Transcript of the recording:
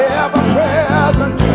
ever-present